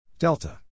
delta